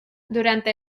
durante